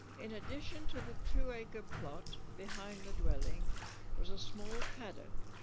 in addition to the two acre plot behind the dwelling was a small paddock